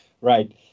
Right